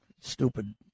stupid